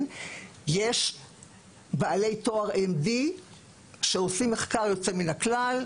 יש בעלי תואר MD שעושים מחקר יוצא מן הכלל,